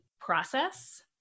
process